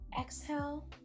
Exhale